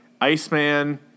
Iceman